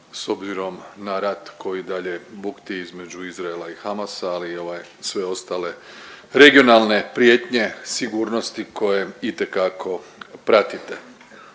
s obzirom na rat koji i dalje bukti između Izraela i Hamasa ali i ove sve ostale regionalne prijetnje sigurnosti koje itekako pratite.